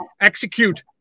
execute